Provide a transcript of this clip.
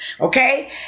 Okay